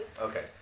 Okay